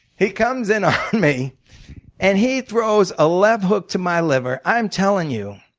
he comes in on me and he throws a left hook to my liver. i'm telling you,